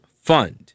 Fund